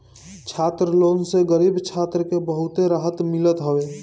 छात्र लोन से गरीब छात्र के बहुते रहत मिलत हवे